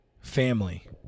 family